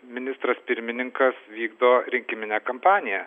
ministras pirmininkas vykdo rinkiminę kampaniją